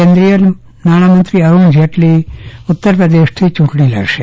કેન્દ્રિય મંત્રી અરૂણ જેટલી ઉત્તર પ્રદેશથી ચૂંટણી લડશે